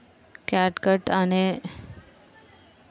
catgut అనే పదం పశువు అనే పదానికి సంక్షిప్త రూపం అయి ఉండవచ్చు